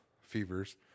fevers